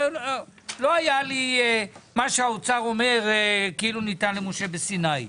לא היה לי מה שהאוצר אומר כאילו ניתן למשה בסיני.